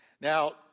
Now